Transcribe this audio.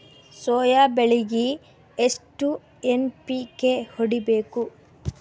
Soya ಬೆಳಿಗಿ ಎಷ್ಟು NPK ಹೊಡಿಬೇಕು?